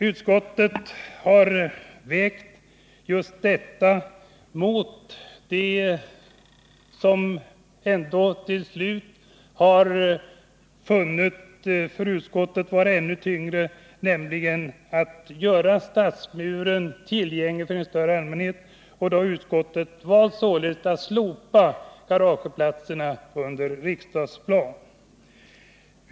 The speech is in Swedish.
Utskottet har vägt detta önskemål mot intresset att bevara och göra den medeltida stadsmuren tillgänglig för allmänheten. Utskottet har efter den avvägningen valt att slopa de tilltänkta garageplatserna under Riksplan.